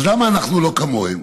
אז למה אנחנו לא כמוהם?